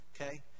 Okay